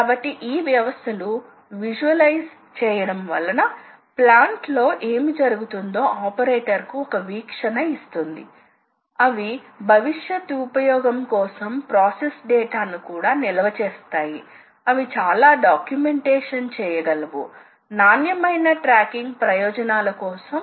కాబట్టి ఈ వ్యవస్థలు చాలా అధిక నాణ్యత ఇంజనీరింగ్ కు దారితీస్తాయని మరియు ఉత్పాదకత లేని సమయాన్ని కూడా తగ్గిస్తుందని త్వరలో గ్రహించబడుతుంది ఇప్పుడు ఈ సంఖ్యా నియంత్రణ అను పదం EIA చేత నిర్వచించబడింది దీనిలో సంఖ్యా డేటా ను ప్రత్యక్షంగా చొప్పించడం ద్వారా చర్యలు నియంత్రించబడతాయి